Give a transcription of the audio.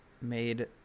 made